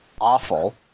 awful